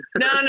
no